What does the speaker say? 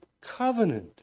covenant